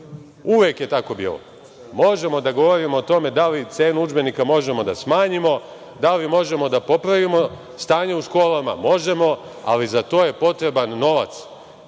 Uvek je tako bilo. Možemo da govorimo o tome da li cenu udžbenika možemo da smanjimo, da li možemo da popravimo stanje u školama, možemo, ali za to je potreban novac.